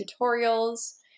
tutorials